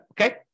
Okay